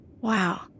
Wow